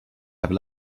have